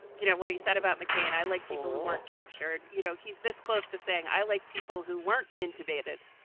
you know, what he said about mccain. i like people who weren't captured. you know, he's this close to saying, i like people who weren't intimated.